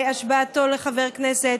עם השבעתו לחבר הכנסת,